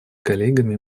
коллегами